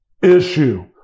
issue